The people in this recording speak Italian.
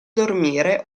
dormire